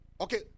Okay